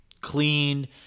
clean